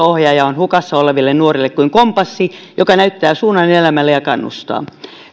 ohjaaja on hukassa oleville nuorille kuin kompassi joka näyttää suunnan elämälle ja kannustaa